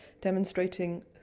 demonstrating